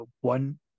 one